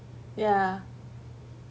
ya